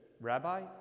Rabbi